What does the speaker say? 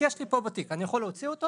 כי יש לי פה בתיק, אני יכול להוציא אותו